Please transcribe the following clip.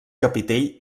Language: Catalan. capitell